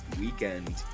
weekend